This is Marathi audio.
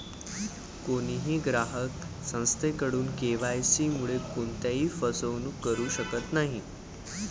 कोणीही ग्राहक संस्थेकडून के.वाय.सी मुळे कोणत्याही फसवणूक करू शकत नाही